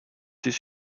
this